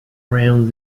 around